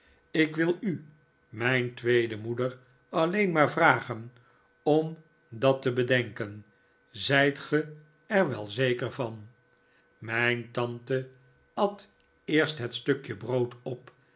ik wil u mijn tweede moeder alleen maar vragen om dat te bedenken zijt ge er wel zeker van mijn tante at eerst het stukje brood op